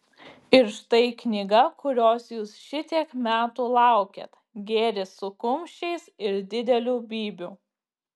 ir štai knyga kurios jūs šitiek metų laukėt gėris su kumščiais ir dideliu bybiu